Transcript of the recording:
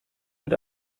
mit